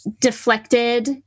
deflected